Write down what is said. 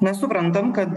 mes suprantam kad